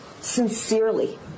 sincerely